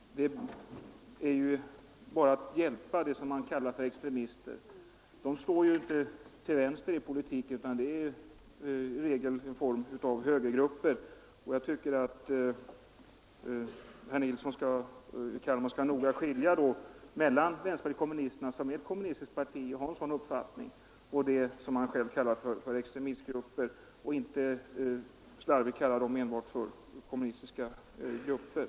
Det hjälper ju bara dem som han kallar extremister. Dessa står inte till vänster i politiken, utan de är i regel någon form av högergrupper. Jag tycker att herr Nilsson i Kalmar bör noga skilja mellan vänsterpartiet kommunisterna som är ett kommunistiskt parti och har en kommunistisk uppfattning och dem som han själv kallar för extremistgrupper. Han bör inte vara slarvig och med en gemensam benämning kalla dem kommunistiska grupper.